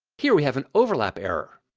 here we have an overlap error.